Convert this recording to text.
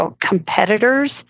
competitors